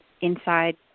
inside